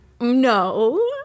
No